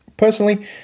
Personally